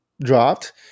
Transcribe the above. dropped